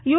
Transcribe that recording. you